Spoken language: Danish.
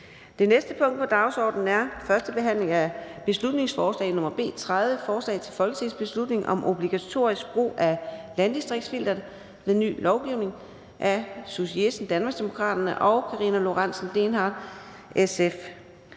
Det næste punkt på dagsordenen er: 35) 1. behandling af beslutningsforslag nr. B 30: Forslag til folketingsbeslutning om obligatorisk brug af landdistriktsfilteret ved ny lovgivning. Af Susie Jessen (DD) og Karina Lorentzen Dehnhardt (SF).